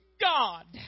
God